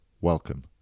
Welcome